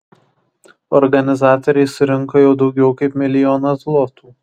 organizatoriai surinko jau daugiau kaip milijoną zlotų